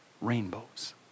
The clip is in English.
rainbows